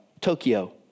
Tokyo